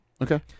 Okay